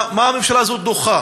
מה הממשלה הזאת דוחה,